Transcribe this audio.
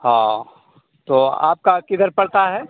हाँ तो आपका किधर पड़ता है